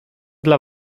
dla